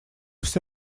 все